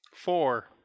four